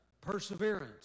perseverance